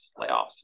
layoffs